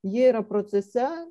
jie yra procese